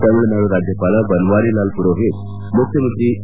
ತಮಿಳುನಾಡು ರಾಜ್ಯಪಾಲ ಬನ್ನಾರಿ ಲಾಲ್ ಪುರೋಹಿತ್ ಮುಖ್ಯಮಂತ್ರಿ ಈ